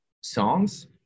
songs